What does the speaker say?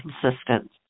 consistent